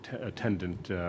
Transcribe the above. attendant